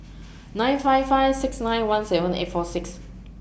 nine five five six nine one seven eight four six